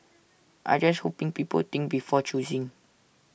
I just hoping people think before choosing